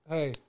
Hey